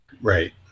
Right